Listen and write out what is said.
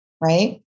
right